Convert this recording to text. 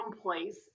place